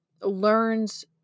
learns